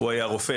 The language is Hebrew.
הוא רופא,